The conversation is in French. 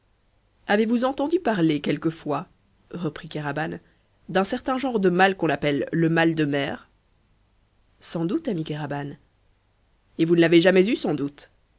avez-vous entendu parler quelquefois reprit kéraban d'un certain genre de mal qu'on appelle le mal de mer sans doute ami kéraban et vous ne l'avez jamais eu sans doute